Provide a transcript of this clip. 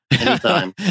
anytime